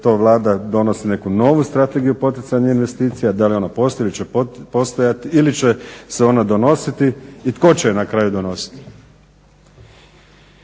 to Vlada donosi neku novu strategiju poticanja investicija, da li ona postoji, će postojati ili će se ona donositi i tko će je na kraju donositi?